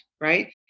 Right